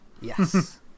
yes